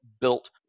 built